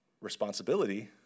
responsibility